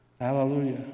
hallelujah